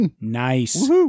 Nice